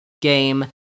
game